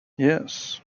yes